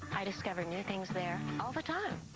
i discover new things there all the time.